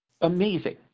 amazing